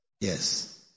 Yes